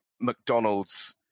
McDonald's